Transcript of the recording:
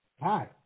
Hi